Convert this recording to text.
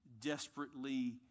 Desperately